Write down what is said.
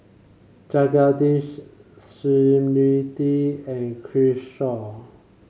Jagadish Smriti and Kishore